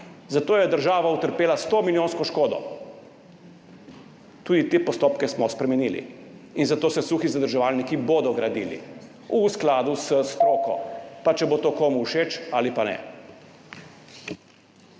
zato je država utrpela 100-milijonsko škodo. Tudi te postopke smo spremenili in zato se suhi zadrževalniki bodo gradili, v skladu s stroko. Pa če bo to komu všeč ali pa ne.